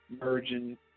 merging